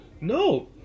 No